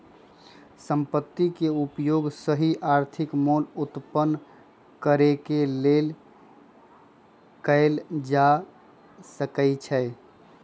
संपत्ति के उपयोग सही आर्थिक मोल उत्पन्न करेके लेल कएल जा सकइ छइ